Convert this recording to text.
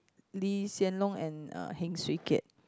Lee Hsien Loong and uh Heng Swee Keat